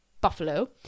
buffalo